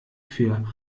für